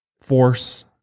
force